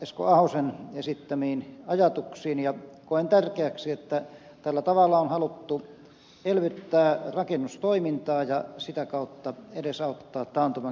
esko ahosen esittämiin ajatuksiin ja koen tärkeäksi että tällä tavalla on haluttu elvyttää rakennustoimintaa ja sitä kautta edesauttaa taantuman keskellä työllisyyttä